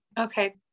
Okay